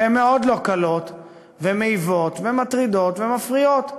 שהן מאוד לא קלות ומעיבות, ומטרידות ומפריעות.